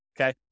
okay